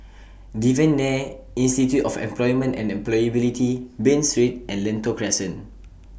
Devan Nair Institute of Employment and Employability Bain Street and Lentor Crescent